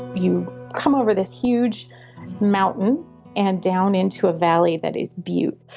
you come over this huge mountain and down into a valley that is bupe.